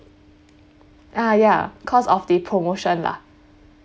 ah ya because of the promotion lah